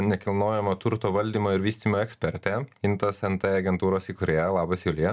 nekilnojamo turto valdymo ir vystymo ekspertė intos nt agentūros įkūrėja labas julija